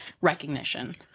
recognition